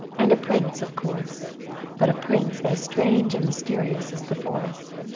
and a prince of course but a prince as strange and mysterious as the forest.